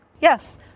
Yes